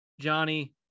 Johnny